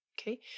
okay